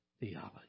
theology